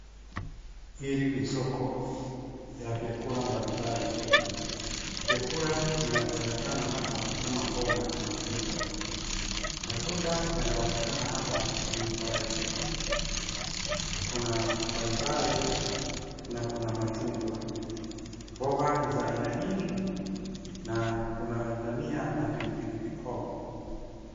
Hili ni soko la vyakula mbali mbali. Vyakula vinavyoonekana hapa nikama mboga na matunda. Matunda yanaonekana hapa ni parachichi kuna pai pai na kuna machungwa. Mboga ni za aina nyingi na kuna dania na pili pili hoho.